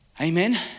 Amen